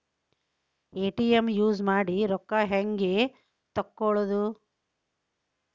ATM use ಮಾಡಿ ರೊಕ್ಕ ಹೆಂಗೆ ತಕ್ಕೊಳೋದು?